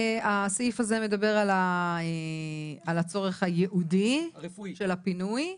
הסעיף הזה מדבר על הצורך הייעודי של הפינוי.